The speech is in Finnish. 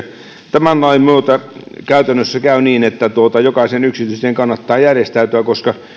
tämän lain myötä käytännössä käy niin että jokaisen yksityistien kannattaa järjestäytyä koska